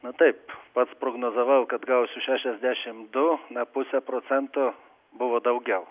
na taip pats prognozavau kad gausiu šešiasdešimt du ne puse procento buvo daugiau